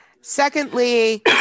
Secondly